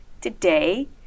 today